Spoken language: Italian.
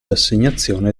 assegnazione